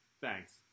thanks